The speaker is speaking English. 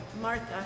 Martha